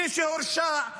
מי שהורשע,